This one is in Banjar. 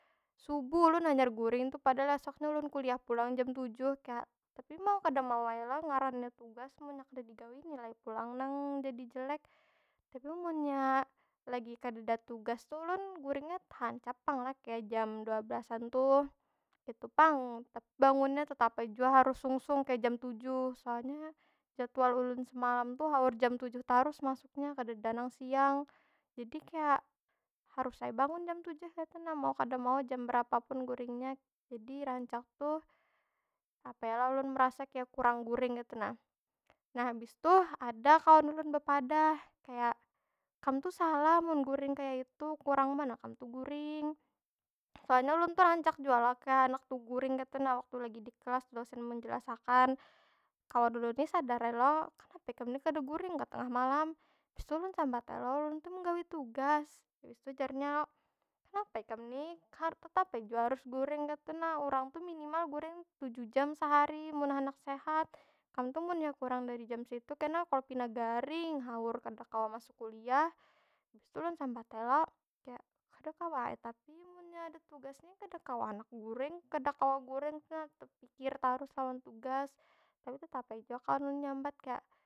Subuh ulun hanyar guring tu, padahal esoknya ulun kuliah pulang jam tujuh. Kaya, tapi mau kada mau ai lo ngarannya tugas. Munnya kada digawi nilai pulang nang jadi jelek. Tapi munnya lagi kadeda tugas tu ulun guringnya tehancap pang lah, kaya jam dua belasan tuh. Kaytu pang, tapi bangunnya tetap ai jua harus sungsung kaya jam tujuh. Soalnya jadwal ulun semalam tu haur jam tujuh tarus masuknya, kadeda nang siang. Jadi kaya, harus ai bangun jam tujuh kaytu nah. Mau kada mau jam berapa pun guringnya. jadi rancak tuh, apa yo lah? Ulun merasa kaya kurang guring kaytu nah. Nah habis tuh, ada kawan ulun bepadah, kaya, kam tu salah munnya guring kaya itu. Kurang banar kam tu guring. Soalnya ulun tu rancak jua lo kaya handak teguring kaytu nah waktu lagi di kelas, dosen menjelas akan. Kawan ulun ni sadar ai lo, kenapa ikam ni kada guring kah tengah malam? Habis tu ulun smabat ai lo, ulun tu menggawi tugas. Habis tu jar nya lo, kenapa ikam ni? Tetap ai jua harus guring kaytu nah. Urang tu minimal guring tujuh jam sehari, mun handak sehat. Kam tu munnya kurang dari jam seitu kena kalau pina garing. Haur kada kawa masuk kuliah. Habis tu ulun sambat ai lo, kada kawa ai tapi munnya ada tugas ni kada kawa handak guring. Kada kawa guring tu nah, tepikir tarus lawan tugas. Tapi tetap ai jua kawan ulun nyambat kaya.